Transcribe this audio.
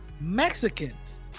Mexicans